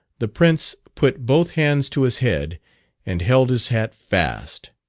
the prince put both hands to his head and held his hat fast.